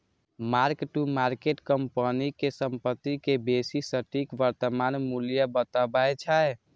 mark to market company के संपत्ति के बेसी सटीक वर्तमान मूल्य बतबै छै